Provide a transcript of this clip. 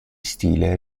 stile